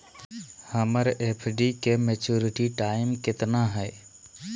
हमर एफ.डी के maturity time कितना है?